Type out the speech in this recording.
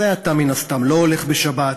לשם אתה מן הסתם לא הולך בשבת,